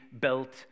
built